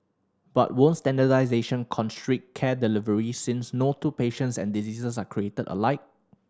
but won't standardisation constrict care delivery since no two patients and diseases are created alike